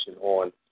on